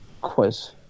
quiz